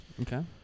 Okay